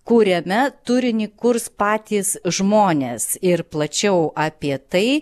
kuriame turinį kurs patys žmonės ir plačiau apie tai